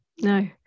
No